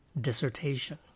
dissertation